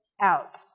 out